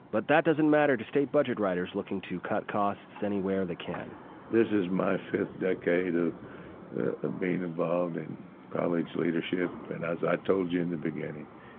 but that doesn't matter to state budget writers looking to cut costs anywhere they can this is my fifth decade in ah ah being involved in college leadership, and as i told you in the beginning,